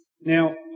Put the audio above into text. now